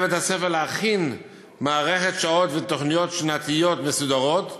בית-הספר להכין מערכת שעות ותוכניות שנתיות מסודרות,